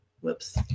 Whoops